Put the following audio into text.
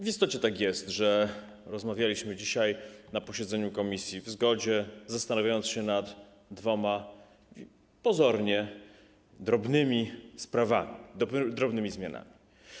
W istocie tak jest, że rozmawialiśmy dzisiaj na posiedzeniu komisji w zgodzie, zastanawiając się nad dwoma pozornie drobnymi sprawami, drobnymi zmianami.